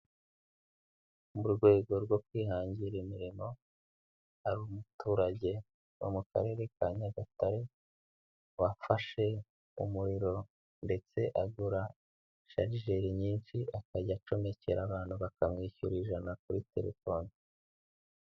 Mu rwego rwo kwihangira imirimo, hari umuturage wo mu karere ka Nyagatare, wafashe umuriro ndetse agura sharijeri nyinshi akajya acomekera abantu bakamwishyura ijana kuri terefoni.